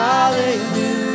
Hallelujah